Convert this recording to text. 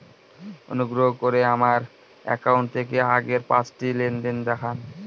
অনুগ্রহ করে আমার অ্যাকাউন্ট থেকে আগের পাঁচটি লেনদেন দেখান